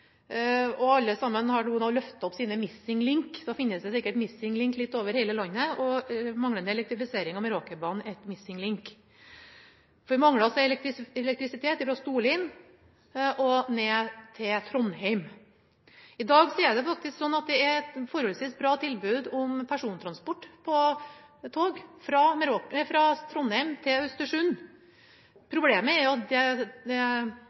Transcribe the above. og dette ønsket om elektrifisering. Alle har nå løftet opp sine «missing links». Nå finnes det sikkert missing links over hele landet, og manglende elektrifisering av Meråkerbanen er en missing link. Vi mangler altså elektrisitet fra Storlien til Trondheim. I dag er det faktisk et forholdsvis bra tilbud når det gjelder persontransport på tog fra Trondheim til Østersund. Problemet er at det